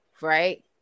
right